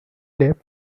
debt